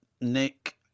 Nick